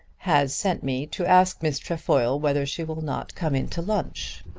has sent me to ask miss trefoil whether she will not come into lunch.